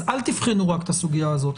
אז אל תבחנו רק את הסוגיה הזאת,